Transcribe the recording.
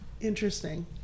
interesting